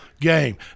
game